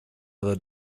other